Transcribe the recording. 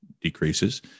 decreases